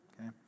Okay